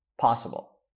possible